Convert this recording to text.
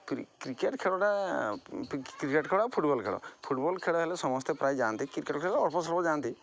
cricket ଖେଳଟା cricket ଖେଳ football ଖେଳ ଫୁଟ୍ବଲ୍ ଖେଳ ହେଲେ ସମସ୍ତେ ପ୍ରାୟ ଯାଆନ୍ତି କ୍ରିକେଟ୍ ଖେଳ ହେଲେ ଅଳ୍ପ ସ୍ୱଳ୍ପ ଯାଆନ୍ତି